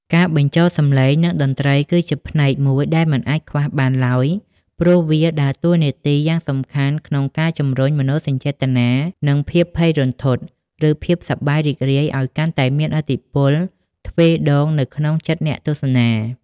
ការបញ្ចូលសំឡេង និងតន្ត្រីគឺជាផ្នែកមួយដែលមិនអាចខ្វះបានឡើយ ព្រោះវាដើរតួនាទីយ៉ាងសំខាន់ក្នុងការជម្រុញមនោសញ្ចេតនា និងភាពភ័យរន្ធត់ ឬភាពសប្បាយរីករាយឱ្យកាន់តែមានឥទ្ធិពលទ្វេដងនៅក្នុងចិត្តអ្នកទស្សនា។